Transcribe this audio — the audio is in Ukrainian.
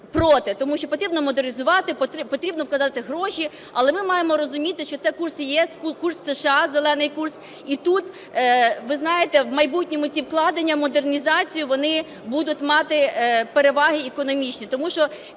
проти, тому що потрібно модернізувати, потрібно вкладати гроші. Але ми маємо розуміти, що це курс ЄС, курс США, "зелений курс", і тут, ви знаєте, у майбутньому ці вкладення у модернізацію вони будуть мати переваги економічні.